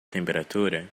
temperatura